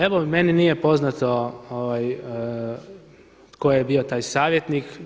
Evo meni nije poznato tko je bio taj savjetnik.